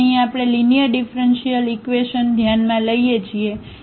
તેથી અહીં આપણે લીનીઅર ઙીફરન્શીઅલ ઈક્વેશન ધ્યાનમાં લઈએ છીએ